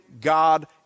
God